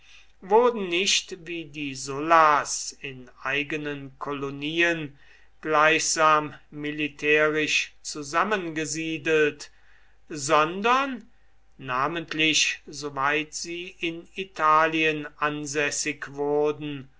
wurden nicht wie die sullas in eigenen kolonien gleichsam militärisch zusammengesiedelt sondern namentlich soweit sie in italien ansässig wurden